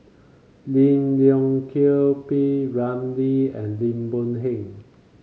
Lim Leong Geok P Ramlee and Lim Boon Heng